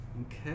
Okay